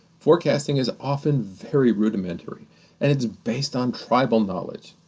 forecasting is often very rudimentary and it's based on tribal knowledge,